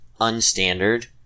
unstandard